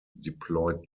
deployed